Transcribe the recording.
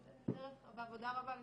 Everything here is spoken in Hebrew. ויש עוד עבודה רבה לפנינו.